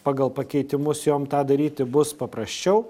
pagal pakeitimus jom tą daryti bus paprasčiau